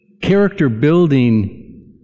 character-building